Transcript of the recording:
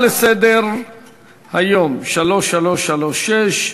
הצעה לסדר-היום מס' 3336: